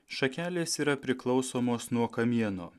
šakelės yra priklausomos nuo kamieno